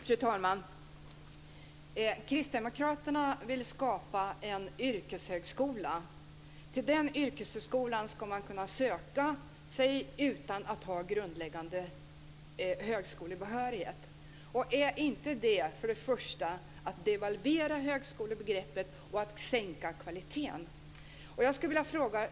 Fru talman! Kristdemokraterna vill skapa en yrkeshögskola. Till den yrkeshögskolan ska man kunna söka sig utan att ha grundläggande högskolebehörighet. Är inte det att devalvera högskolebegreppet och att sänka kvaliteten?